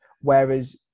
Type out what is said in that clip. Whereas